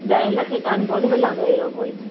ॾहें लखें ताईं कोन्ह मिलंदो या कोई